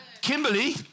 Kimberly